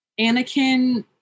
Anakin